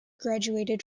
graduated